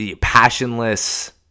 passionless